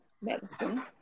medicine